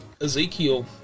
Ezekiel